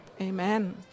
Amen